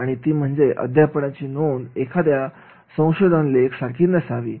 आणि ती म्हणजे अध्यापनाची नोंद एखाद्या संशोधना लेख सारखी नसावी